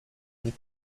and